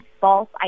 false